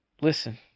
Listen